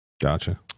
Gotcha